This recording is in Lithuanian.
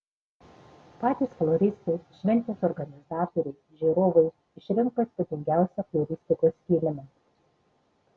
patys floristai šventės organizatoriai žiūrovai išrinko įspūdingiausią floristikos kilimą